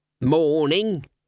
Morning